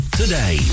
today